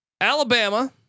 Alabama